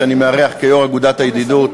שאני מארח כיו"ר אגודת הידידות,